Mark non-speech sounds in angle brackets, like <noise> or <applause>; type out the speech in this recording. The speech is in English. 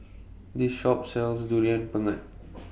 This Shop sells Durian Pengat <noise>